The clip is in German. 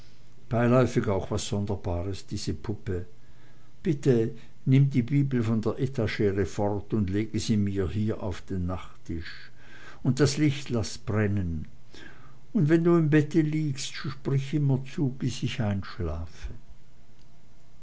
beiläufig auch was sonderbares diese puppe bitte nimm die bibel von der etagere fort und lege sie mir hier auf den nachttisch und das licht laß brennen und wenn du im bett liegst sprich immerzu bis ich einschlafe